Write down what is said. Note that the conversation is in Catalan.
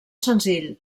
senzill